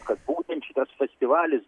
kad būtent šitas festivalis